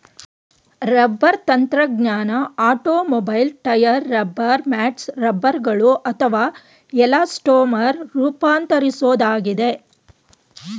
rubber ತಂತ್ರಜ್ಞಾನ automobile tyre rubber mats ರಬ್ಬರ್ಗಳು ಅಥವಾ ಎಲಾಸ್ಟೊಮರ್ ರೂಪಾಂತರಿಸೋದಾಗಿದೆ